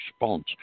response